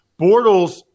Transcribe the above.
Bortles